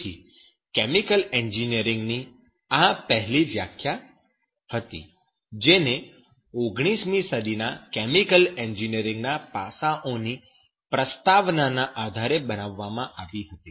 તેથી chemical engineering ની આ પહેલી વ્યાખ્યા હતી જેને 19 મી સદીના કેમિકલ એન્જિનિયરીંગના પાસાઓની પ્રસ્તાવનાના આધારે બનાવવામાં આવી હતી